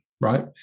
right